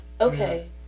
Okay